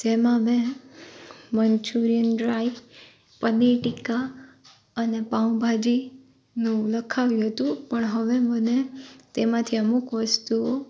જેમાં મેં manchurian dry paneer tikka અને પાઉં ભાજીનું લખાવ્યું હતું પણ હવે મને તેમાંથી અમુક વસ્તુઓ